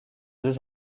deux